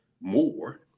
more